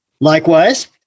Likewise